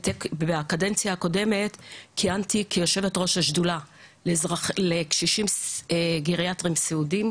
בקדנציה הקודמת כיהנתי כיושבת-ראש השדולה לקשישים גריאטריים סיעודיים,